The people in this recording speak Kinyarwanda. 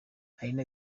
aline